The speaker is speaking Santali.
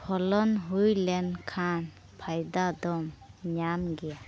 ᱯᱷᱚᱞᱚᱱ ᱦᱩᱭ ᱞᱮᱱᱠᱷᱟᱱ ᱯᱷᱟᱭᱫᱟ ᱫᱚᱢ ᱧᱟᱢ ᱜᱮᱭᱟ